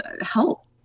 help